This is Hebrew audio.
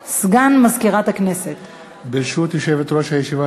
שניתן, ואני בוודאי תומך בחוק.